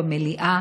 במליאה,